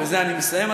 ובזה אני מסיים,